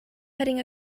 heading